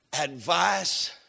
Advice